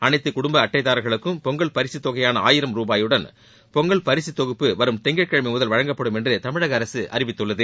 அனைத்து குடும்ப அட்டைதாரர்களுக்கும் பொங்கல் பரிசுத் தொகையான ஆயிரம் ருபாயுடன் பொங்கல் பரிசுத் தொகுப்பு வரும் திங்கட்கிழமை முதல் வழங்கப்படும் என்று தமிழக அரசு அறிவித்துள்ளது